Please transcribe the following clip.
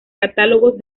catálogos